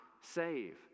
save